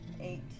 eight